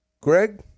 greg